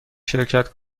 شرکت